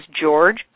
George